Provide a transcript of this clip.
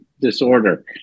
disorder